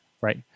right